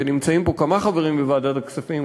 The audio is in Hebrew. ונמצאים פה כמה חברים בוועדת הכספים,